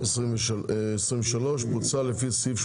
התשפ"ג-2023 .